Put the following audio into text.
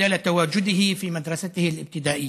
בעת שהותו בבית ספרו היסודי.)